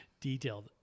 detailed